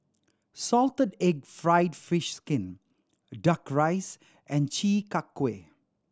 salted egg fried fish skin Duck Rice and Chi Kak Kuih